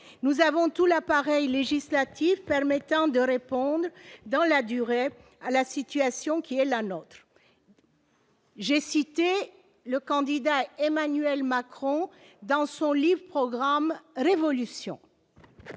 Nous avons tout l'appareil législatif permettant de répondre, dans la durée, à la situation qui est la nôtre. » J'ai cité le candidat Emmanuel Macron dans son livre-programme.